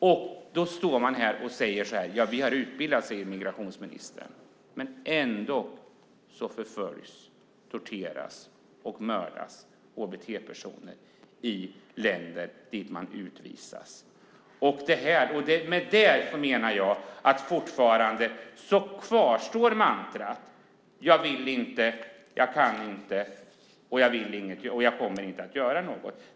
Migrationsministern säger att man har utbildat personal. Ändå förföljs, torteras och mördas hbt-personer i länder dit de utvisas. Därför, menar jag, kvarstår mantrat jag vill inte, jag kan inte, jag kommer inte att göra något.